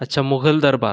अच्छा मोघल दरबार